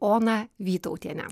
oną vytautienę